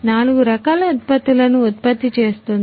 నాలుగు రకాల ఉత్పత్తులను ఉత్పత్తి చేస్తుంది